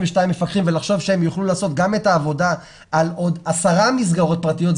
מפקחים ולחשוב שהם יוכלו לעשות גם את העבודה על עוד 10 מסגרות פרטיות,